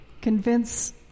convince